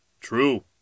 True